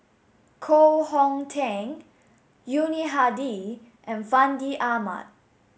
Koh Hong Teng Yuni Hadi and Fandi Ahmad